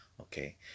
Okay